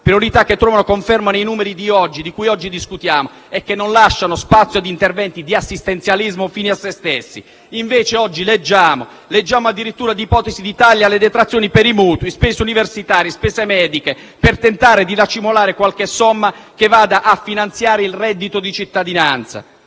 priorità che trovano conferma nei numeri di cui oggi discutiamo, che non lasciano spazio a interventi di assistenzialismo fini a sé stessi. Invece oggi leggiamo addirittura di ipotesi di tagli alle detrazioni per i mutui, spese universitarie e spese mediche, per tentare di racimolare qualche somma che vada a finanziare il reddito di cittadinanza.